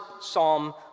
psalm